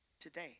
today